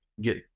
get